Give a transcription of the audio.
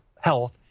health